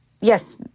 Yes